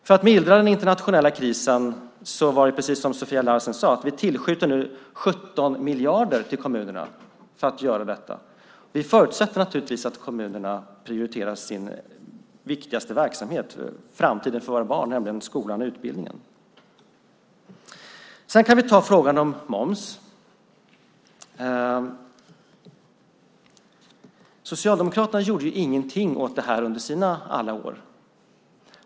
För att mildra den internationella krisen tillskjuter vi nu, precis som Sofia Larsen sade, 17 miljarder till kommunerna. Vi förutsätter naturligtvis att kommunerna prioriterar sin viktigaste verksamhet, framtiden för våra barn, nämligen skolan och utbildningen. Sedan kan vi ta frågan om moms. Socialdemokraterna gjorde ingenting åt det här under alla sina år.